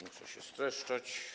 Muszę się streszczać.